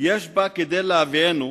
יש בה כדי להביאנו